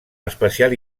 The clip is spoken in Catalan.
especial